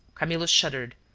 camillo shuddered,